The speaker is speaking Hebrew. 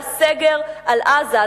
היה סגר על עזה.